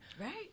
Right